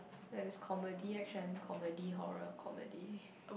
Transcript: like there's comedy action comedy horror comedy